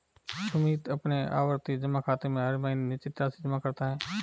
सुमित अपने आवर्ती जमा खाते में हर महीने निश्चित राशि जमा करता है